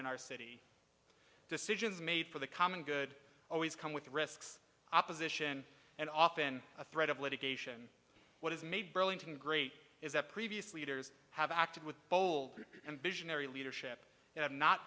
in our city decisions made for the common good always come with risks opposition and often a threat of litigation what has made burlington great is that previous leaders have acted with bold and visionary leadership